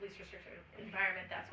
with your environment that